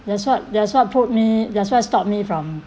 that's what that's what pulled me that's what stopped me from